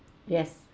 yes